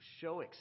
show